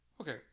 okay